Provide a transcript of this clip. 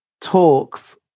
talks